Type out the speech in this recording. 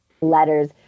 letters